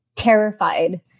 Terrified